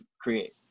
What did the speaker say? create